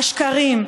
השקרים,